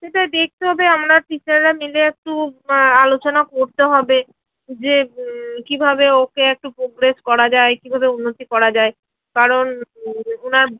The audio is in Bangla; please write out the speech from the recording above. সেটা দেখতে হবে আমরা টিচাররা মিলে একটু আলোচনা করতে হবে যে কীভাবে ওকে একটু প্রোগ্রেস করা যায় কীভাবে উন্নতি করা যায় কারণ উনার